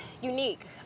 unique